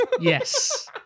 yes